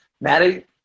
Maddie